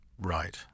Right